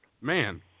man